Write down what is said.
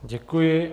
Děkuji.